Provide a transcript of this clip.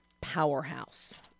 powerhouse